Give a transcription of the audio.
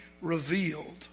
revealed